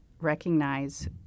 recognize